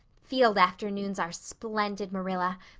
field afternoons are splendid, marilla.